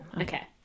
Okay